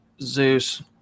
Zeus